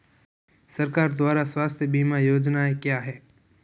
सरकार द्वारा स्वास्थ्य बीमा योजनाएं क्या हैं?